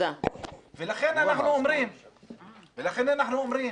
לכן אנחנו אומרים